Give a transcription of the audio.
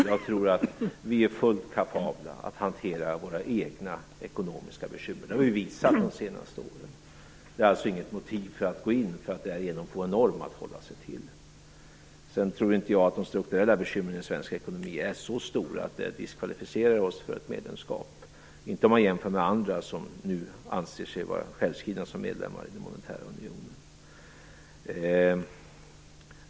Jag tror att vi är fullt kapabla att hantera våra egna ekonomiska bekymmer. Det har vi visat de senaste åren. Att man får en norm att hålla sig till är inget motiv för att gå in. Jag tror inte att de strukturella bekymren i svensk ekonomi är så stora att de diskvalificerar oss för ett medlemskap - inte om man jämför med andra som nu anser sig vara självskrivna som medlemmar i den monetära unionen.